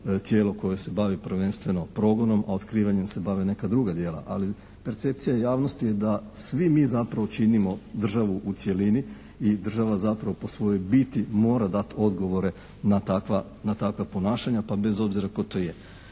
tijelo koje se bavi prvenstveno progonom, a otkrivanjem se bave neka druga djela. Ali percepcija javnosti je da svi mi zapravo činimo državu u cjelini i država zapravo po svojoj biti mora dati odgovore na takva ponašanja pa bez obzira tko to je.